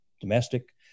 domestic